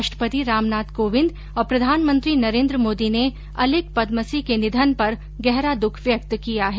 राष्ट्रपति रामनाथ कोविन्द और प्रधानमंत्री नरेन्द्र मोदी ने अलिक पदमसी के निधन पर गहरा दुख व्यक्त किया है